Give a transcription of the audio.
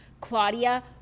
Claudia